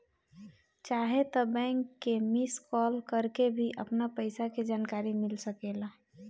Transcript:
चाहे त बैंक के मिस कॉल करके भी अपन पईसा के जानकारी मिल सकेला